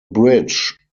bridge